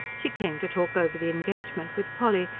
she came to talk over the engagement with polly,